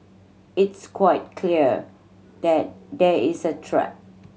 it's quite clear that there is a threat